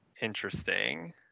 interesting